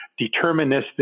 deterministic